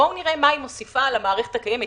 בואו נראה מה היא מוסיפה על המערכת הקיימת,